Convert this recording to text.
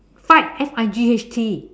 fight F I G H T